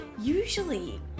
usually